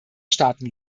staaten